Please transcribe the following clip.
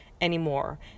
anymore